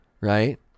right